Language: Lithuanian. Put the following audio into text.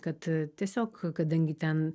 kad tiesiog kadangi ten